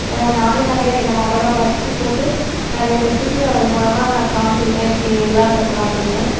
நானே நிறையா என்னை மாடலாக பார்த்து போட்டு நிறைய பேத்துக்கு அது மூலமாக காமிச்சிருக்கேன் இப்படிலா தைக்கலா அப்படின்னு